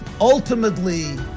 ultimately